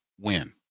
win